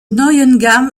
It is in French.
neuengamme